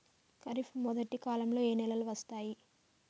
ఖరీఫ్ మొదటి కాలంలో ఏ నెలలు వస్తాయి?